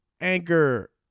Anchor